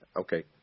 Okay